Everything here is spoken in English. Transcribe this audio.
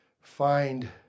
Find